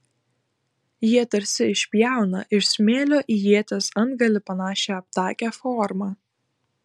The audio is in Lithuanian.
jie tarsi išpjauna iš smėlio į ieties antgalį panašią aptakią formą